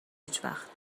هیچوقت